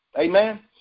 Amen